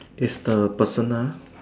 is the personal ah